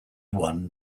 won